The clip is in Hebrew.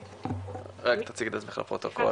רק תציגי את עצמך לפרוטוקול.